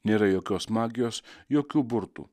nėra jokios magijos jokių burtų